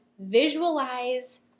visualize